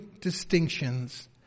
distinctions